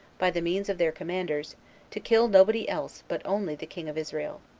by the means of their commanders to kill nobody else but only the king of israel.